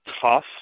tough